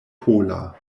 pola